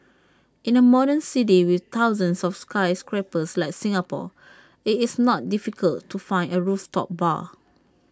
in A modern city with thousands of skyscrapers like Singapore IT is not difficult to find A rooftop bar